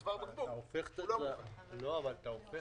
לפקודת המכס זה הזמן בו בעל טובין נדרש להגיש